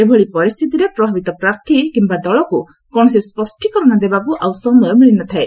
ଏଭଳି ପରିସ୍ଥିତିରେ ପ୍ରଭାବିତ ପ୍ରାର୍ଥୀ କିମ୍ବା ଦଳକୁ କୌଣସି ସ୍ୱଷ୍ଟୀକରଣ ଦେବାକୁ ଆଉ ସମୟ ମିଳିନଥାଏ